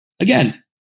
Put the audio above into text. Again